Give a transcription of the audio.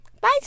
Bye